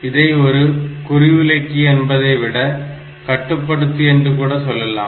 இதை ஒரு குறிவிலக்கி என்பதை விட கட்டுப்படுத்தி என்று கூட சொல்லலாம்